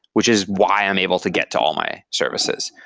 which is why i'm able to get to all my services.